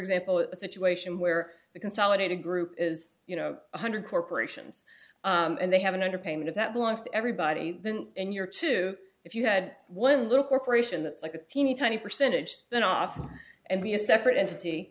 example a situation where the consolidated group is you know one hundred corporations and they have an underpayment that belongs to everybody and you're too if you had one little corporation that's like a teeny tiny percentage spin off and be a separate entity